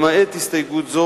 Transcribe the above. למעט הסתייגות זו,